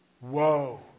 Whoa